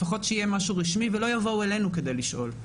לפחות שיהיה משהו רשמי ולא יבואו אלינו כדי לשאול.